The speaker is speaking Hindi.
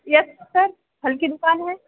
यस सर फल की दुकान है